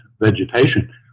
vegetation